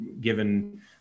given